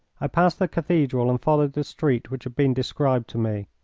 i passed the cathedral and followed the street which had been described to me.